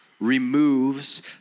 removes